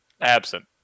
Absent